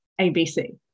ABC